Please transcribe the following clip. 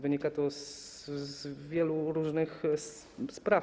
Wynika to z wielu różnych spraw.